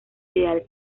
ideal